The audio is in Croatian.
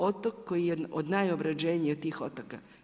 Otok koji je najobrađeniji od tih otoka.